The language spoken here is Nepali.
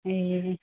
ए